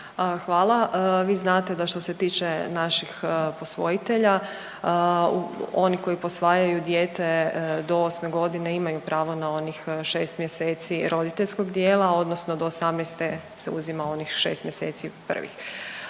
Hvala. Vi znate da što se tiče naših posvojitelja, oni koji posvajaju dijete do 8 godine imaju pravo na onih 6 mjeseci roditeljskog dijela odnosno do 18 se uzima onih 6 mjeseci prvih.